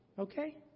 Okay